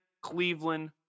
Cleveland